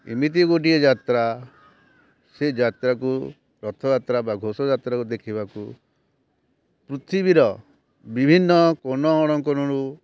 ଏମିତି ଗୋଟିଏ ଯାତ୍ରା ସେ ଯାତ୍ରାକୁ ରଥଯାତ୍ରା ବା ଘୋଷଯାତ୍ରାକୁ ଦେଖିବାକୁ ପୃଥିବୀର ବିଭିନ୍ନ କୋଣ ଅଣକୋଣରୁ